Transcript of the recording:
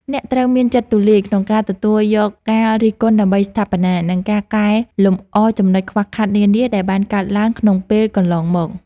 អ្នកត្រូវមានចិត្តទូលាយក្នុងការទទួលយកការរិះគន់ដើម្បីស្ថាបនា និងកែលម្អចំណុចខ្វះខាតនានាដែលបានកើតឡើងក្នុងពេលកន្លងមក។